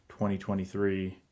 2023